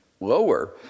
lower